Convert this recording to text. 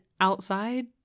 outside